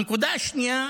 הנקודה השנייה,